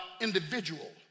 individual